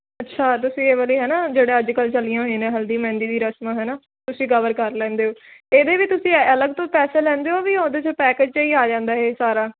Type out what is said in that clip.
ਅੱਛਾ ਤੁਸੀਂ ਇਹ ਵਾਰੀ ਹੈ ਨਾ ਜਿਹੜਾ ਅੱਜ ਕੱਲ੍ਹ ਚੱਲੀਆਂ ਹੋਈਆਂ ਨੇ ਹਲਦੀ ਮਹਿੰਦੀ ਦੀ ਰਸਮ ਹੈ ਨਾ ਤੁਸੀਂ ਕਵਰ ਕਰ ਲੈਂਦੇ ਹੋ ਇਹਦੇ ਵੀ ਤੁਸੀਂ ਅਲੱਗ ਤੋਂ ਪੈਸੇ ਲੈਂਦੇ ਹੋ ਵੀ ਉਹਦੇ 'ਚੋਂ ਪੈਕਿਜ 'ਤੇ ਹੀ ਆ ਜਾਂਦਾ ਸਾਰਾ